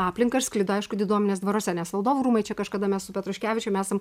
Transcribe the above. aplinką ir sklido aišku diduomenės dvaruose nes valdovų rūmai čia kažkada mes su petruškevičiumi esam